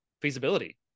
feasibility